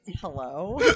hello